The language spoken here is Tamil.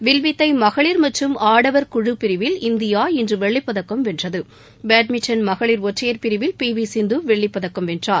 வில்வித்தைமகளிர் மற்றும் ஆடவர் குழு பிரிவில் இந்தியா இன்றுவெள்ளிப்பதக்கம் வென்றது பேட்மிண்டன் மகளி் ஒற்றையர் பிரிவில் பிவிசிந்துவெள்ளிப்பதக்கம் வென்றார்